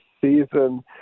season